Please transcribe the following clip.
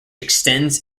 extends